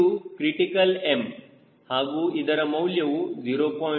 ಇದು critical M ಹಾಗೂ ಇದರ ಮೌಲ್ಯವು 0